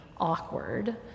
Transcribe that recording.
awkward